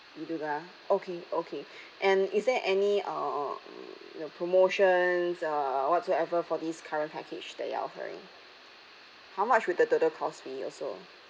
you do lah okay okay and is there any uh promotions uh whatsoever for this current package that you are offering how much will the total cost be also